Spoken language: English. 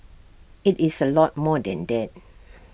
IT is A lot more than that